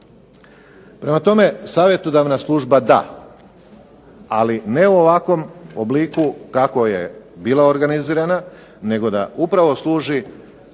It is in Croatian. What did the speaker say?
Prema tome, savjetodavna služba da, ali ne u ovakvom obliku kako je bila organizirana, nego da upravo služi